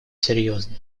серьезной